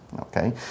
okay